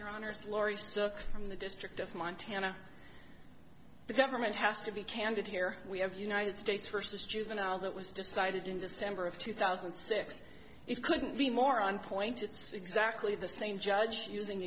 your honor is lori stuck from the district as montana the government has to be candid here we have united states versus juvenile that was decided in december of two thousand and six it couldn't be more on point it's exactly the same judge using